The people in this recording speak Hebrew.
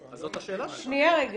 זאת השאלה שלי.